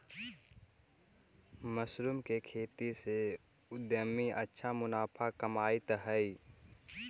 mushroom के खेती से उद्यमी अच्छा मुनाफा कमाइत हइ